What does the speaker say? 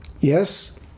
Yes